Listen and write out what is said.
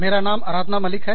मेरा नाम आराधना मलिक है